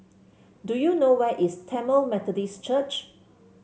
do you know where is Tamil Methodist Church